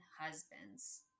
husbands